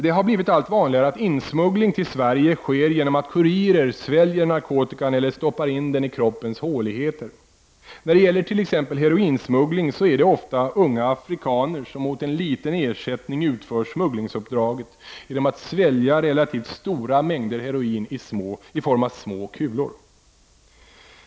Det har blivit allt vanligare att insmuggling till Sverige sker genom att kurirer sväljer narkotikan eller stoppar in den i kroppens håligheter. När det gäller t.ex. heroinsmuggling är det ofta unga afrikaner som mot liten ersättning utför smugglingsuppdraget genom att svälja relativt stora mängder heroin i form av små kulor.